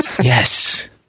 Yes